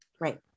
Right